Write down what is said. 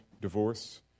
divorce